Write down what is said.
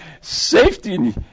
safety